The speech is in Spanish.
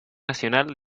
nacional